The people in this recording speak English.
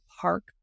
park